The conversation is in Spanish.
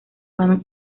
juan